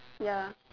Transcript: ya